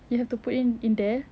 you have to put in in there